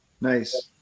Nice